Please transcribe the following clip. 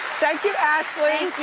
thank you, ashlee.